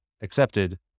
accepted